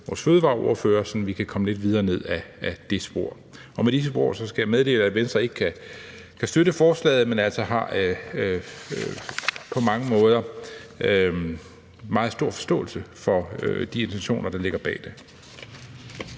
vores fødevareordfører, så vi kan komme lidt videre ned ad det spor. Med disse ord skal jeg meddele, at Venstre ikke kan støtte forslaget, men altså på mange måder har meget stor forståelse for de intentioner, der ligger bag det.